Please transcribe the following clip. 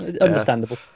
Understandable